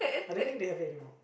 I don't think they have it anymore